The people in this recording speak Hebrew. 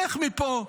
לך מפה.